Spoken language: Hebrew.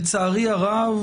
לצערי הרב,